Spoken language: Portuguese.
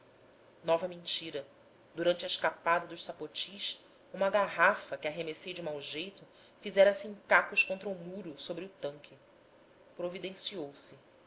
nova mentira durante a escapada dos sapotis uma garrafa que arremessei de mau jeito fizera-se em cacos contra o muro sobre o tanque